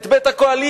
את בית הקואליציה,